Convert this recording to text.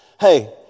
hey